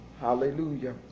Hallelujah